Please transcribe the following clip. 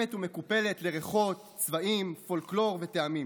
מגולמת ומקופלת לריחות, צבעים, פולקלור וטעמים,